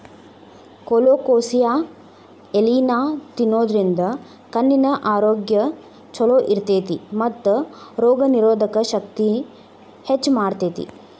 colocasia ಎಲಿನಾ ತಿನ್ನೋದ್ರಿಂದ ಕಣ್ಣಿನ ಆರೋಗ್ಯ್ ಚೊಲೋ ಇರ್ತೇತಿ ಮತ್ತ ರೋಗನಿರೋಧಕ ಶಕ್ತಿನ ಹೆಚ್ಚ್ ಮಾಡ್ತೆತಿ